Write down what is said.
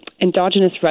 endogenous